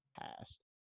past